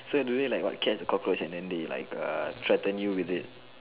so do you like what catch a cockroach and then they like err threaten you with it